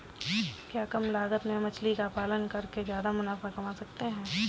क्या कम लागत में मछली का पालन करके ज्यादा मुनाफा कमा सकते हैं?